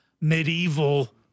medieval